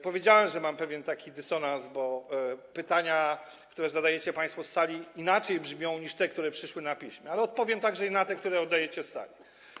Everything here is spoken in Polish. Powiedziałem, że mam taki pewien dysonans, bo pytania, które zadajecie państwo z sali, inaczej brzmią niż te, które przyszły na piśmie, ale odpowiem także i na te, które zadajecie z sali.